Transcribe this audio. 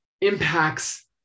impacts